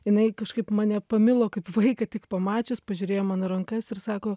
jinai kažkaip mane pamilo kaip vaiką tik pamačius pažiūrėjo mano rankas ir sako